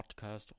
podcast